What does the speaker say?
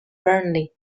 burnley